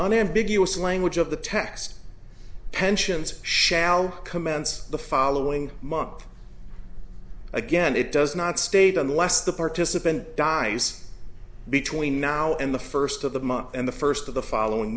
unambiguous language of the text pensions shall commence the following month again it does not state unless the participant dies between now and the first of the month and the first of the following